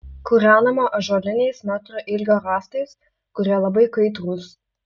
kūrenama ąžuoliniais metro ilgio rąstais kurie labai kaitrūs